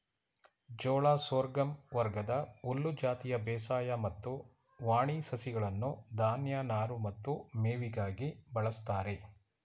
ಜೋಳ ಸೋರ್ಗಮ್ ವರ್ಗದ ಹುಲ್ಲು ಜಾತಿಯ ಬೇಸಾಯ ಮತ್ತು ವಾಣಿ ಸಸ್ಯಗಳನ್ನು ಧಾನ್ಯ ನಾರು ಮತ್ತು ಮೇವಿಗಾಗಿ ಬಳಸ್ತಾರೆ